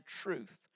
truth